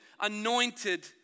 anointed